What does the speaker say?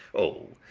o,